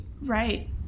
Right